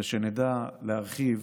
ושנדע להרחיב